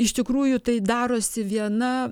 iš tikrųjų tai darosi viena